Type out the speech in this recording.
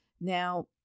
Now